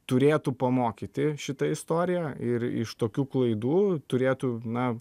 turėtų pamokyti šita istorija ir iš tokių klaidų turėtų na